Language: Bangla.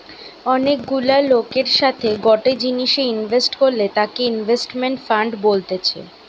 অনেক গুলা লোকের সাথে গটে জিনিসে ইনভেস্ট করলে তাকে ইনভেস্টমেন্ট ফান্ড বলতেছে